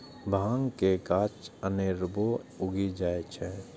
भांग के गाछ अनेरबो उगि जाइ छै